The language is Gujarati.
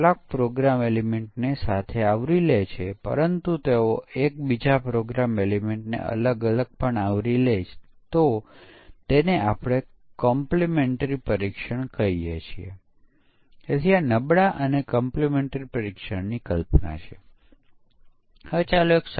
આપણે ઇનપુટ ડેટા જાણીએ છીએ આપણે જાણીએ છીએ કે જે આઉટપુટ પરિણામ આવવાનું છે